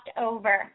over